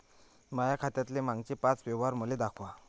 माया खात्यातले मागचे पाच व्यवहार मले दाखवा